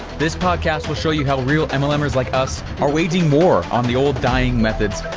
this podcast will show you real mlm'ers like us are waging war on the old dying methods.